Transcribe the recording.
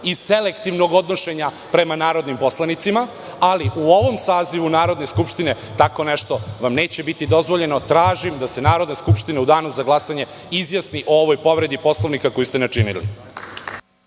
i selektivnog odnošenja prema narodni poslanicima, ali u ovom sazivu Narodne skupštine tako nešto vam neće biti dozvoljeno. Tražim da se Narodna skupština u danu za glasanje izjasni o ovoj povredi Poslovnika koju ste načinili.